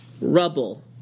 rubble